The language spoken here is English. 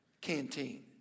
canteen